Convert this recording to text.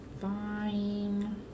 Fine